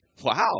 Wow